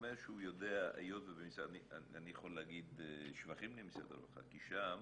אני יכול להגיד שבחים למשרד הרווחה, כי שם